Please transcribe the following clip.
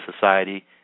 society